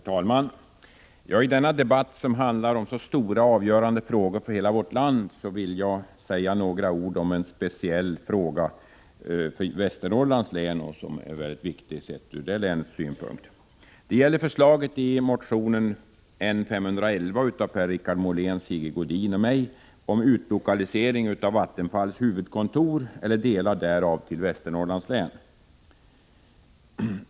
Herr talman! I denna debatt, som handlar om så stora och avgörande frågor för hela vårt land, vill jag säga några ord om en speciell och för Västernorrlands län mycket viktig fråga. Det gäller förslaget i motionen NS11 av Per-Richard Molén, Sigge Godin och mig om utlokalisering av Vattenfalls huvudkontor eller delar därav till Västernorrlands län.